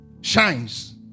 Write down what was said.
shines